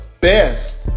best